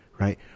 Right